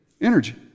Energy